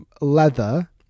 leather